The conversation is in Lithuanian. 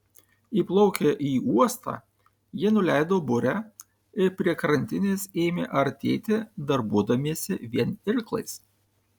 įplaukę į uostą jie nuleido burę ir prie krantinės ėmė artėti darbuodamiesi vien irklais